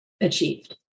achieved